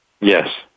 Yes